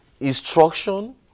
Instruction